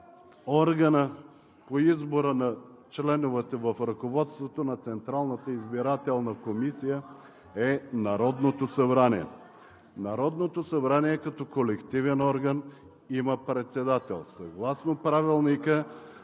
органът по избора на членовете в ръководството на Централната избирателна комисия е Народното събрание. Народното събрание като колективен орган има председател. Съгласно Правилника